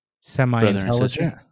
semi-intelligent